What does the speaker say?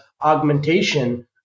augmentation